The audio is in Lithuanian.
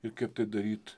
ir kaip tai daryt